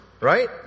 Right